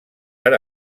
per